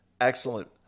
Excellent